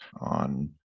on